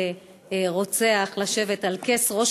זה כמעט רוב